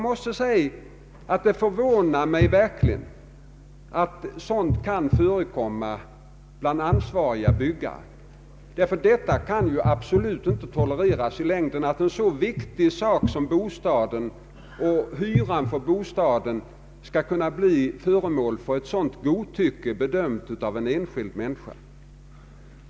Det förvånar mig verkligen att sådant kan förekomma bland ansvariga byggare. Det kan absolut inte tolereras i längden att en så viktig sak som bostaden och hyran för densamma får bli föremål för sådant godtycke från en enskild människas sida.